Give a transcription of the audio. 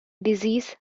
disease